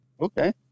Okay